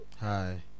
hi